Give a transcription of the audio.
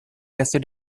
acid